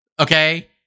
okay